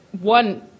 one